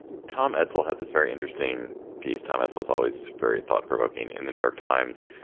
tom etzel had this very interesting piece, tom ansel's always very thought provoking in the new york times,